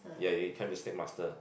ya you become the snake master